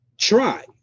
try